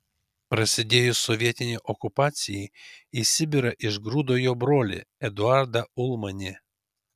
prasidėjus sovietinei okupacijai į sibirą išgrūdo jo brolį eduardą ulmanį